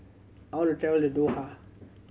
I want to travel to Doha